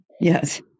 Yes